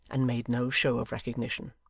and made no show of recognition.